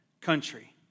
country